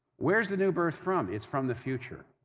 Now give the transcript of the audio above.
where's the new birth from? it's from the future.